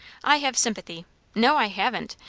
i have sympathy no, i haven't!